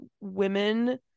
women